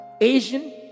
Asian